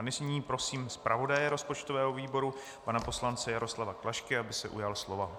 Nyní prosím zpravodaje rozpočtového výboru pana poslance Jaroslava Klašku, aby se ujal slova.